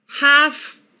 half